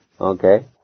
Okay